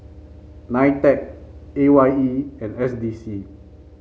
Nitec A Y E and S D C